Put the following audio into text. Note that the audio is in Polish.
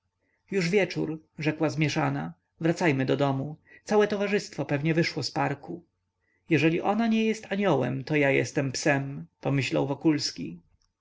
już wieczór rzekła zmieszana wracajmy do domu całe towarzystwo pewnie wyszło z parku jeżeli ona nie jest aniołem to ja jestem psem pomyślał wokulski